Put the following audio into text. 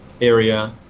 area